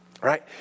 Right